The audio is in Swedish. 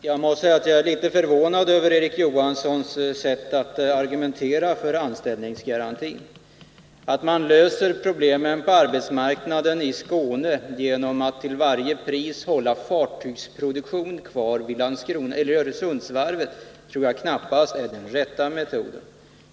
Herr talman! Jag är litet förvånad över Erik Johanssons sätt att argumentera för anställningsgarantin. Att lösa problemen på arbetsmarknaden i Skåne genom att till varje pris hålla fartygsproduktion kvar vid Öresundsvarvet tror jag knappast är den rätta metoden.